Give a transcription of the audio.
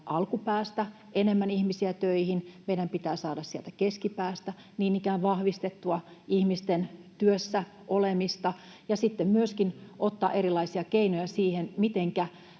alkupäästä enemmän ihmisiä töihin, meidän pitää niin ikään siellä keskellä saada vahvistettua ihmisten työssä olemista ja sitten myöskin ottaa erilaisia keinoja siihen, mitenkä